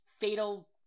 fatal